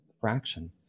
fraction